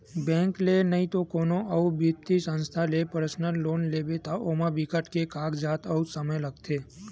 bank ले नइते कोनो अउ बित्तीय संस्था ले पर्सनल लोन लेबे त ओमा बिकट के कागजात अउ समे लागथे